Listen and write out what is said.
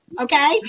Okay